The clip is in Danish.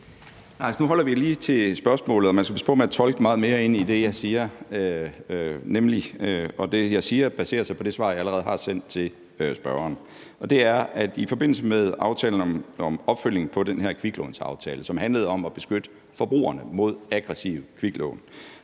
Nu holder vi os lige til spørgsmålet, og man skal passe på med at tolke meget mere ind i det, jeg siger, og det, jeg siger, baserer sig på det svar, som jeg allerede har sendt til spørgeren, nemlig at der i forbindelse med aftalen om opfølgningen på den her kviklånsaftale, som handlede om at beskytte forbrugerne mod aggressive kviklån,